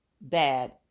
bad